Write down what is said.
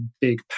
big